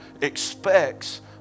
expects